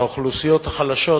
באוכלוסיות החלשות,